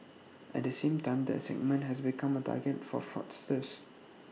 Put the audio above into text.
at the same time the segment has become A target for fraudsters